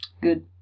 Good